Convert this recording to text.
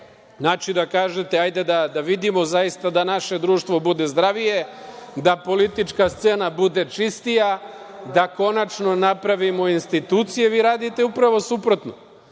da kažete hajde da vidimo zaista da naše društvo bude zdravije, da politička scena bude čistija, da konačno napravimo institucije, vi radite upravo suprotno.